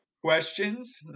questions